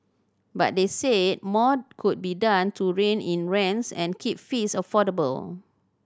but they said more could be done to rein in rents and keep fees affordable